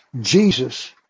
Jesus